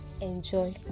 enjoy